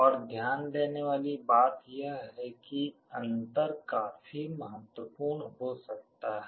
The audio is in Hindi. और ध्यान देने वाली बात यह है कि अंतर काफी महत्वपूर्ण हो सकता है